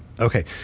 Okay